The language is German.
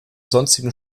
sonstigen